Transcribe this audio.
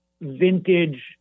vintage